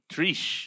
Trish